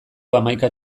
hamaika